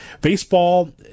Baseball